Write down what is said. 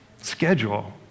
Schedule